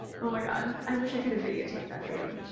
oh my god i wish i could have videotaped that for you.